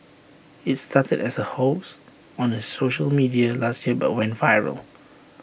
IT started as A hoax on the social media last year but went viral